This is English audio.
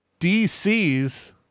DC's